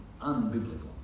unbiblical